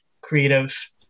creative